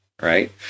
Right